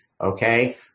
okay